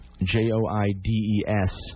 J-O-I-D-E-S